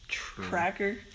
cracker